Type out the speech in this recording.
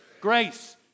grace